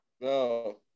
No